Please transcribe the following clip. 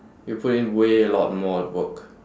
you put in way a lot more work